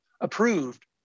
approved